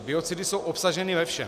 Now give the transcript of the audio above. Biocidy jsou obsaženy ve všem.